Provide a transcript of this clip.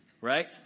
right